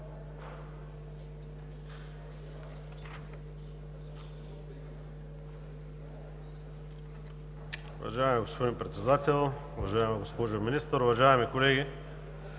Уважаеми господин Председател, уважаема госпожо Министър, уважаеми колеги!